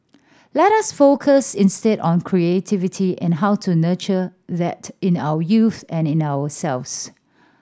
let us focus instead on creativity and how to nurture that in our youth and in ourselves